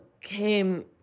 came